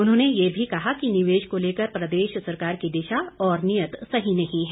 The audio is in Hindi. उन्होंने ये भी कहा कि निवेश को लेकर प्रदेश सरकार की दिशा और नियत सही नहीं है